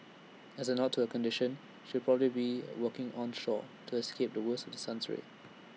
as A nod to her condition she'll probably be working onshore to escape the worst of the sun's rays